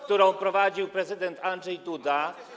którą prowadził prezydent Andrzej Duda.